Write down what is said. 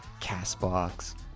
CastBox